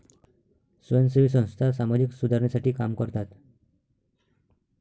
स्वयंसेवी संस्था सामाजिक सुधारणेसाठी काम करतात